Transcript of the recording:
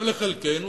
ולחלקנו,